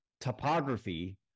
topography